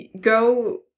go